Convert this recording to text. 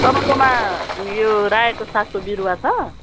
तपाईँकोमा यो रायोको सागको बिरुवा छ